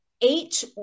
eight